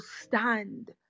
stand